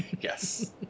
Yes